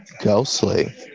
Ghostly